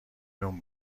نون